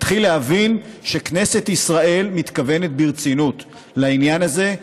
מתחיל להבין שכנסת ישראל מתכוונת ברצינות לעניין הזה,